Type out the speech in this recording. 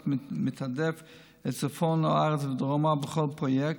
מתעדף את צפון הארץ ודרומה בכל פרויקט,